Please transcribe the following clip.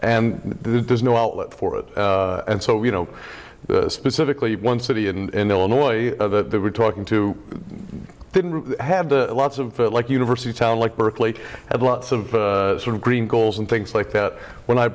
and there's no outlet for it and so you know specifically one city and illinois they were talking to didn't have the lots of like university town like berkeley had lots of sort of green goals and things like that when i